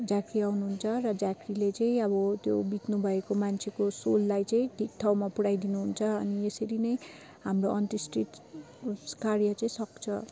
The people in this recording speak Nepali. झाँक्री आउनुहुन्छ र झाँक्रीले चाहिँ अब त्यो बित्नुभएको मान्छेको सोललाई चाहिँ ठिक ठाउँमा पुऱ्याइदिनु हुन्छ अनि यसरी नै हाम्रो अन्त्येष्टि कार्य चाहिँ सकिन्छ